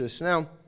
Now